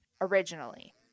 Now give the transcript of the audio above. originally